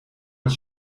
het